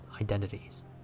identities